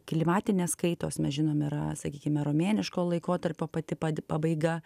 klimatinės kaitos mes žinom yra sakykime romėniško laikotarpio pati pati pabaiga